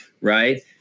right